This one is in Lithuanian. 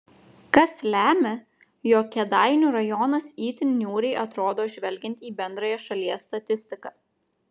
kas lemia jog kėdainių rajonas itin niūriai atrodo žvelgiant į bendrąją šalies statistiką